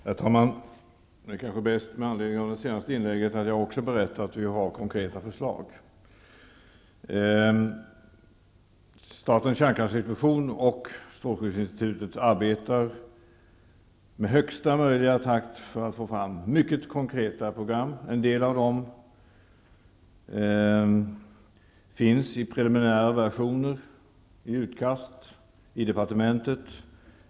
Herr talman! Det kanske är bäst med anledning av det senaste inlägget att berätta att vi också har konkreta förslag. Statens kärnkraftinspektion och strålskyddsinstitutet arbetar med högsta möjliga takt för att få fram mycket konkreta program. En del av dem finns i preliminär version, i utkastsform, i departementet.